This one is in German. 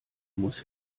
muss